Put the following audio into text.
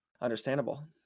Understandable